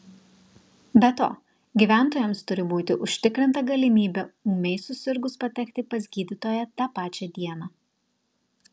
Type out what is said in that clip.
be to gyventojams turi būti užtikrinta galimybė ūmiai susirgus patekti pas gydytoją tą pačią dieną